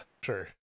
sure